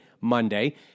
Monday